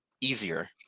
easier